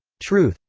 truth,